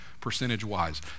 percentage-wise